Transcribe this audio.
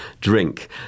drink